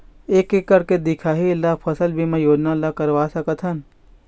एक एकड़ के दिखाही ला फसल बीमा योजना ला करवा सकथन?